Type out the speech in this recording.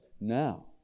now